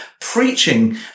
preaching